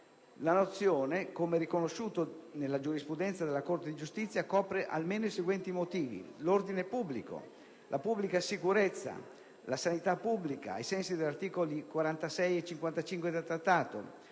La nozione, come riconosciuto nella giurisprudenza della Corte di giustizia, copre almeno i seguenti motivi: l'ordine pubblico, la pubblica sicurezza e la sanità pubblica ai sensi degli articoli 46 e 55 del Trattato,